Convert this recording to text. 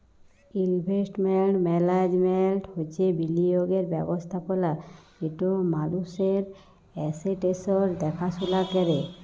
investment management হছে বিলিয়গের ব্যবস্থাপলা যেট মালুসের এসেট্সের দ্যাখাশুলা ক্যরে